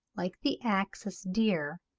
like the axis deer,